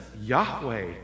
Yahweh